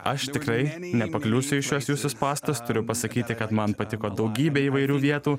aš tikrai nepakliūsiu į šiuos jūsų spąstus turiu pasakyti kad man patiko daugybė įvairių vietų